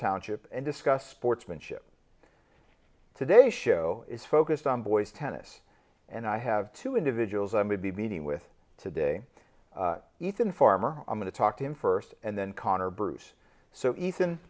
township and discussed sportsmanship today's show is focused on boys tennis and i have two individuals i may be meeting with today ethan farmer i'm going to talk to him first and then conor bruce so ethan